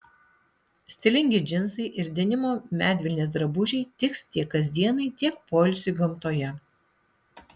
stilingi džinsai ir denimo medvilnės drabužiai tiks tiek kasdienai tiek poilsiui gamtoje